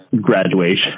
graduation